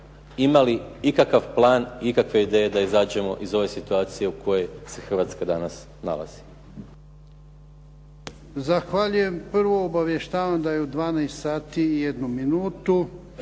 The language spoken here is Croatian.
ima li ikakav plan i ikakve ideje da izađemo iz ove situacije u kojoj se Hrvatska danas nalazi. **Jarnjak, Ivan (HDZ)** Zahvaljujem. Prvo obavještavam da je u 12 sati i 1 minutu,